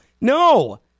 no